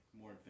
more